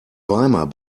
weimar